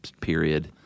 period